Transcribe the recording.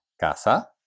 casa